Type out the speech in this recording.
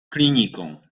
kliniką